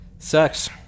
sucks